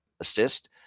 assist